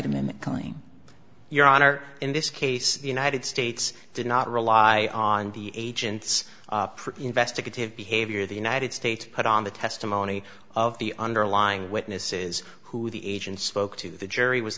calling your honor in this case the united states did not rely on the agent's investigative behavior the united states put on the testimony of the underlying witnesses who the agent spoke to the jury was